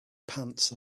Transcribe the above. pants